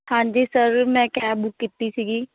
ਹਾਂਜੀ ਸਰ ਮੈਂ cab book ਕੀਤੀ ਸੀਗੀ